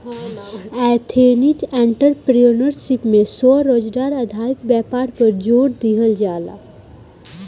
ethnic entrepreneurship में स्वरोजगार आधारित व्यापार पर जोड़ दीहल जाला